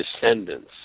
descendants